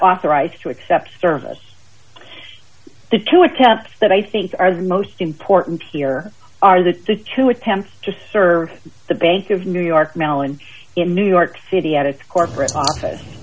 authorized to accept service the two attempts that i think are the most important here are the two attempts to serve the bank of new york mellon in new york city at its corporate office